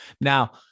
now